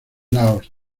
laos